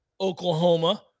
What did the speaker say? Oklahoma